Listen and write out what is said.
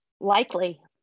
Likely